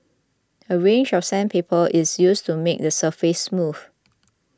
a range of sandpaper is used to make the surface smooth